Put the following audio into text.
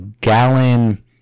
gallon